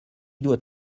doit